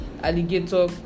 alligator